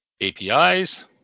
APIs